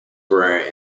for